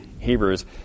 Hebrews